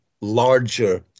larger